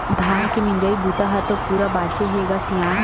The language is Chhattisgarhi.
धान के मिजई बूता ह तो पूरा बाचे हे ग सियान